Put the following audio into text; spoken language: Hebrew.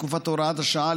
בתקופת הוראת השעה,